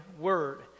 word